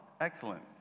Excellent